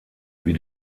wie